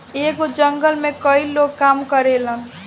एगो जंगल में कई लोग काम करेलन